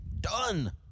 done